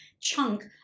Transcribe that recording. chunk